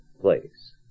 place